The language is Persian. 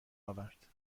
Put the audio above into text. آورد